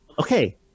okay